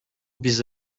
bizi